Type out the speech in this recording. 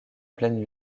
pleine